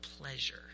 pleasure